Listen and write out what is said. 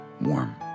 warm